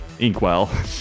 Inkwell